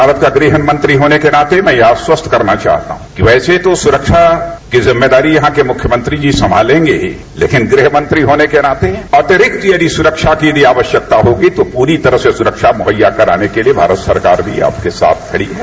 भारत का गृहमंत्री होने के नाते मैं आस्वस्त करना चाहता हूँ कि वैसे तो यहाँ सुरक्षा की जिम्मेदारी यहाँ के मुख्यमंत्री जी सम्मालेंगे ही लेकिन गृहमंत्री होने के नाते अतिरिक्त यदि सुरक्षा की यदि आवश्यकता होगी तो पुरी तरह से सुरक्षा मुहैया कराने के लिए भारत सरकार भी आप के साथ खड़ी है